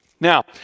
Now